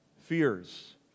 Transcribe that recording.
fears